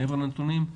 מעבר לנתונים,